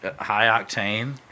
high-octane